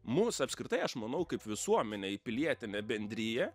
mus apskritai aš manau kaip visuomenę į pilietinę bendriją